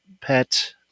pet